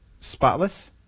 Spotless